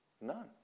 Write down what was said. None